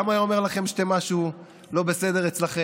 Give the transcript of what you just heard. גם היה אומר לכם שמשהו לא בסדר אצלכם,